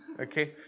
okay